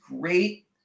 great